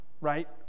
right